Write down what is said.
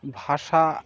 ভাষা